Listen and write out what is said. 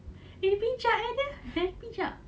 eh bijak eh dia bijak